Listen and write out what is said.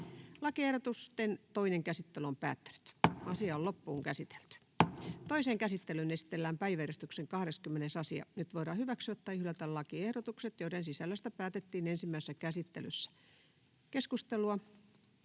annetun lain 13 §:n muuttamisesta Time: N/A Content: Toiseen käsittelyyn esitellään päiväjärjestyksen 12. asia. Nyt voidaan hyväksyä tai hylätä lakiehdotukset, joiden sisällöstä päätettiin ensimmäisessä käsittelyssä. — Keskustelua,